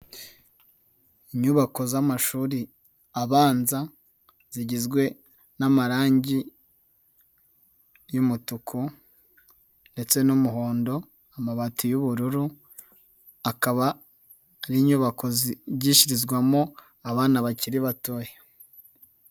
Inyubako z'amashuri abanza, zigizwe n'amarangi y'umutuku ndetse n'umuhondo, amabati y'ubururu, akaba ari inyubako zigishirizwamo abana bakiri batoya.